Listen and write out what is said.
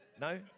No